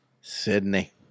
Sydney